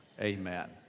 amen